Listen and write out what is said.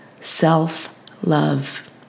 self-love